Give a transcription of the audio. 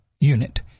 unit